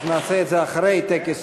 אנחנו נעשה את זה אחרי הטקס